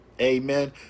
Amen